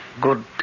Good